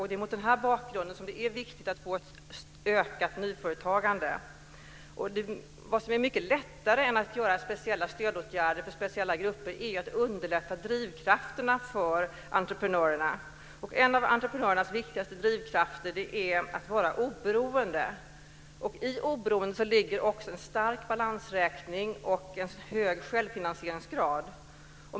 Det är mot denna bakgrund som det är viktigt att nyföretagandet ökar. Vad som är mycket lättare än att vidta speciella stödåtgärder för vissa grupper är att underlätta drivkrafterna för entreprenörerna. En av entreprenörernas viktigaste drivkrafter är att kunna vara oberoende. I oberoendet ligger också en stark balansräkning och en hög självfinansieringsgrad.